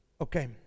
Okay